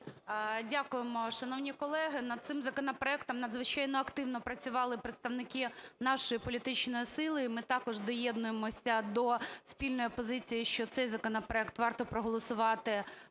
Дякуємо, шановні колеги. Над цим законопроектом надзвичайно активно працювали представники нашої політичної сили, і ми також доєднуємося до спільної позиції, що цей законопроект варто проголосувати